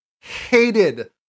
hated